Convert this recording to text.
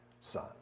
Son